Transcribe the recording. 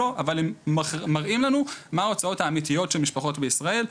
אבל הם מראים לנו מה ההוצאות האמיתיות של משפחות בישראל.